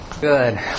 Good